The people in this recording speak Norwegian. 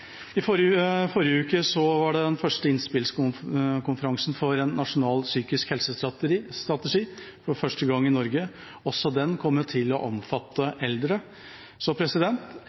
I forrige uke var den første innspillkonferansen for en nasjonal psykisk helsestrategi i Norge. Også den kommer til å omfatte eldre.